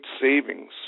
savings